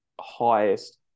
highest